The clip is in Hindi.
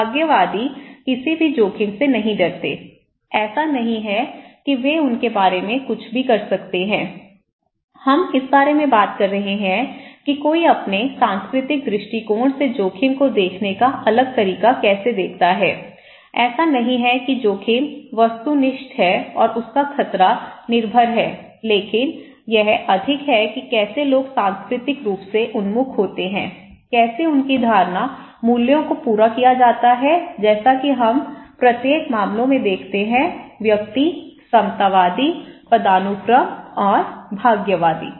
भाग्यवादी किसी भी जोखिम से नहीं डरते ऐसा नहीं है कि वे उनके बारे में कुछ भी कर सकते हैं हम इस बारे में बात कर रहे हैं कि कोई अपने सांस्कृतिक दृष्टिकोण से जोखिम को देखने का अलग तरीका कैसे देखता है ऐसा नहीं है कि जोखिम वस्तुनिष्ठ है और उसका खतरा निर्भर है लेकिन यह अधिक है कि कैसे लोग सांस्कृतिक रूप से उन्मुख होते हैं कैसे उनकी धारणा मूल्यों को पूरा किया जाता है जैसा कि हम प्रत्येक मामलों में देखते हैं व्यक्ति समतावादी पदानुक्रम और भाग्यवादी